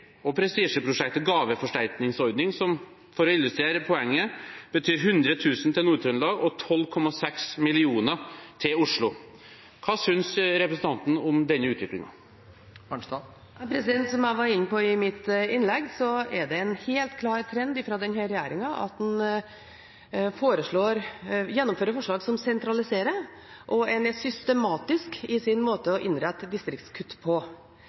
og prestisjeprosjektet gaveforsterkningsordning, som – for å illustrere poenget – betyr 100 000 kr til Nord-Trøndelag og 12,6 mill. kr til Oslo. Hva synes representanten om denne utviklingen? Som jeg var inne på i mitt innlegg, er det en helt klar trend hos denne regjeringen at en gjennomfører forslag som sentraliserer, og en er systematisk i sin måte å innrette distriktskutt på.